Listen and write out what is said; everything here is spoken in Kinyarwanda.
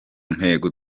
ntego